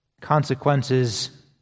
Consequences